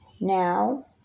Now